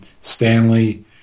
Stanley